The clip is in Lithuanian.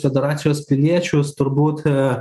federacijos piliečius turbūt